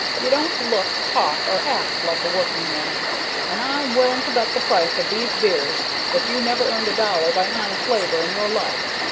you don't look, talk, or act like a working-man, and i'm willing to bet the price of these beers that you never earned a dollar by honest labor in your life.